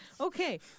Okay